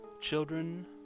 children